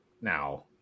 Now